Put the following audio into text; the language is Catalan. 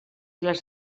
les